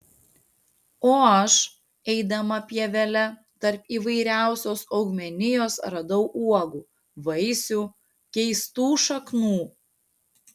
o aš eidama pievele tarp įvairiausios augmenijos radau uogų vaisių keistų šaknų